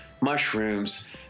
mushrooms